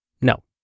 No